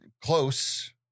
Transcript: close